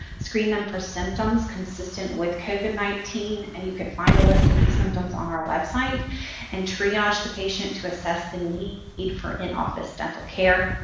screen them for symptoms consistent with covid nineteen, and you can find a list of these symptoms on our website and triage the patient to assess the need for in-office dental care.